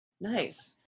Nice